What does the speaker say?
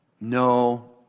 No